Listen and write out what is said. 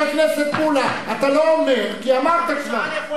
חבר הכנסת מולה, אתה לא אומר כי אמרת כבר.